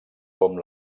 com